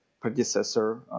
predecessor